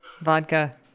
vodka